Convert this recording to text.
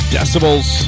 Decibels